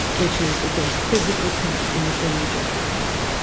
which is that there's physical pain when you've been rejected in love.